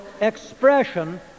expression